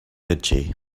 itchy